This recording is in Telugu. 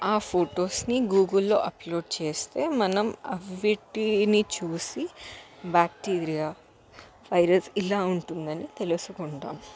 ఆ ఫొటోస్ని గూగుల్లో అప్లోడ్ చేస్తే మనం వీటిని చూసి బ్యాక్టీరియా వైరస్ ఇలా ఉంటుందని తెలుసుకుంటాము